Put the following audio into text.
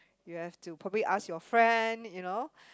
you have to probably ask your friend you know